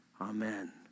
Amen